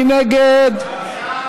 מי נגד?